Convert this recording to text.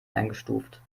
eingestuft